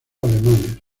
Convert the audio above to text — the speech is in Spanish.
alemanes